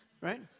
right